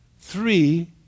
three